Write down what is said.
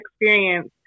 experience